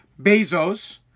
Bezos